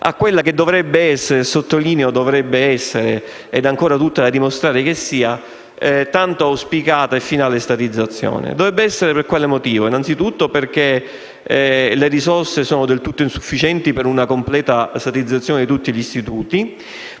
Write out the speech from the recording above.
a quella che dovrebbe essere - sottolineo dovrebbe essere perché è ancora da dimostrare che lo sia - la tanto auspicata e finale statizzazione. Dico dovrebbe esserlo innanzitutto perché le risorse sono del tutto insufficienti per una completa statizzazione di tutti gli istituti,